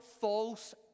false